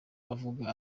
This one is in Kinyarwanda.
avuga